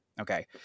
okay